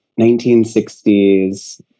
1960s